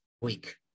week